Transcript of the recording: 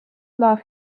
love